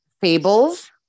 fables